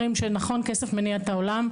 נכון, כסף מניע את העולם.